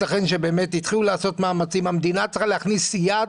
התחילו לעשות מאמצים המדינה צריכה להכניס יד